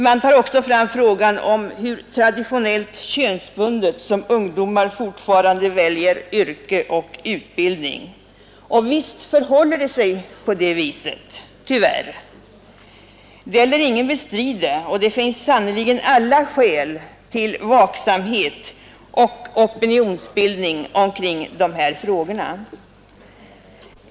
Man tar också fram frågan om hur traditionellt könsbundet som ungdomar fortfarande väljer yrke och utbildning, och visst förhåller det sig tyvärr på det viset. Det vill ingen bestrida, och det finns sannerligen alla skäl till vaksamhet och opinionsbildning omkring de här frågorna.